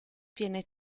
viene